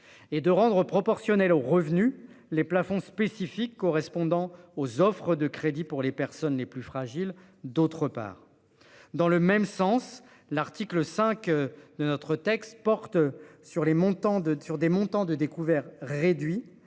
et de rendre proportionnelle aux revenus les plafonds spécifiques, correspondant aux offres de crédit pour les personnes les plus fragiles. D'autre part, dans le même sens, l'article 5 de notre texte porte sur les montants de sur des